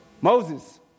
Moses